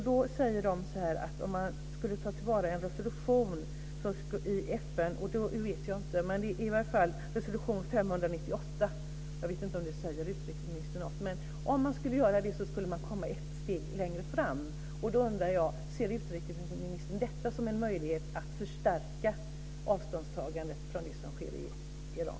Vi skulle genom att ställa oss bakom resolution nr 598 kunna gå ett steg längre. Jag undrar om utrikesministern ser det som en möjlighet att förstärka avståndstagandet från det som sker i Iran.